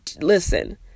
Listen